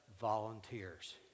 volunteers